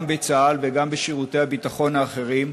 גם בצה"ל וגם בשירותי הביטחון האחרים,